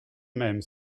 même